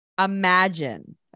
Imagine